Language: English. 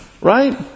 right